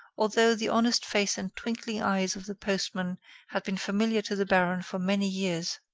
although the honest face and twinkling eyes of the postman had been familiar to the baron for many years.